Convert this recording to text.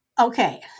okay